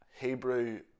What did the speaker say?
Hebrew